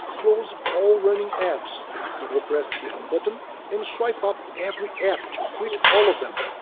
close all running apps double-press the home button and swipe up every app to quit all of them.